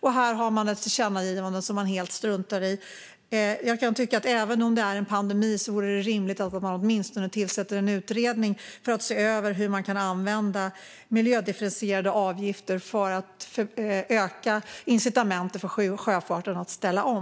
Och här har man ett tillkännagivande som man helt struntar i. Även om det är en pandemi är det rimligt att man åtminstone tillsätter en utredning för att se över hur man kan använda miljödifferentierade avgifter för att öka incitamenten för sjöfarten att ställa om.